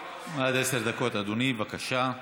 עד עשר דקות, אדוני, בבקשה.